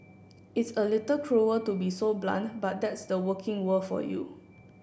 it's a little cruel to be so blunt but that's the working world for you